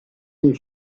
des